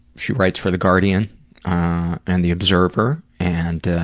she writes for the guardian and the observer and